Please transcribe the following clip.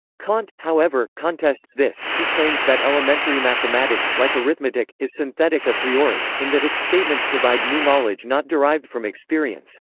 kant, however, contests this he claims that elementary mathematics, like arithmetic, is synthetic a priori, in that its statements provide new knowledge not derived from experience.